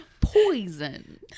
Poison